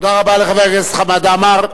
תודה רבה לחבר הכנסת חמד עמאר.